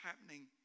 happening